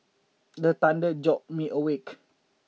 the thunder jolt me awake